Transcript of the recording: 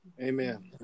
Amen